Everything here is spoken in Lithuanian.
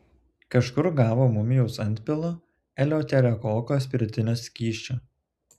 kažkur gavo mumijaus antpilo eleuterokoko spiritinio skysčio